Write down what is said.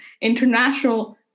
international